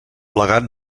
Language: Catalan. plegat